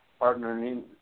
partnering